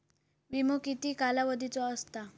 विमो किती कालावधीचो असता?